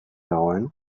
dagoen